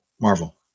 Marvel